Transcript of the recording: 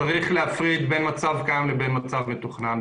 צריך להפריד בין מצב קיים לבין מצב מתוכנן.